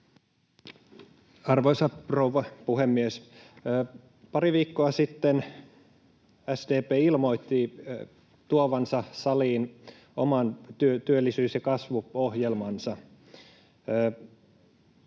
rouva puhemies! Pari viikkoa sitten SDP ilmoitti tuovansa saliin oman työllisyys- ja kasvuohjelmansa.